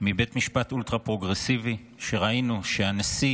מבית משפט אולטרה-פרוגרסיבי, וראינו שהנשיא